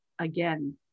again